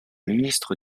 ministre